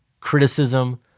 Criticism